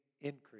increase